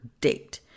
date